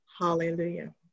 Hallelujah